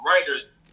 writers